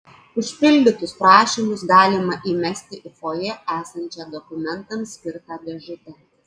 užpildytus prašymus galima įmesti į fojė esančią dokumentams skirtą dėžutę